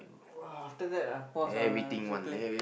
!wah! after that I pause ah exactly